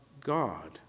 God